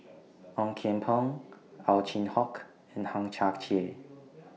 Ong Kian Peng Ow Chin Hock and Hang Chang Chieh